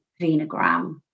venogram